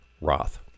Roth